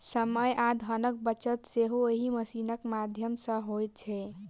समय आ धनक बचत सेहो एहि मशीनक माध्यम सॅ होइत छै